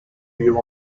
you